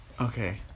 Okay